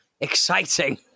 Exciting